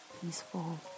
peaceful